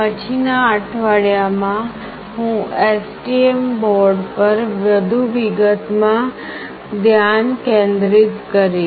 પછીના અઠવાડિયામાં હું STM બોર્ડ પર વધુ વિગતોમાં ધ્યાન કેન્દ્રિત કરીશ